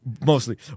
mostly